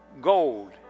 gold